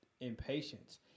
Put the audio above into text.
impatience